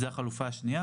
זו החלופה השנייה.